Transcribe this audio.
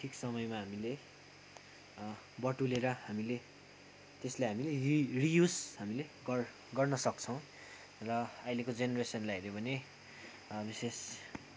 ठिक समयमा हामीले बटुलेर हामीले त्यसले हामीले रि रियुज हामीले गर्न सक्छौँ र अहिलेको जेनेरेसनलाई हेऱ्यो भने विशेष